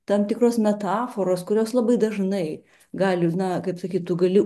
tam tikros metaforos kurios labai dažnai gali na kaip sakyt tu gali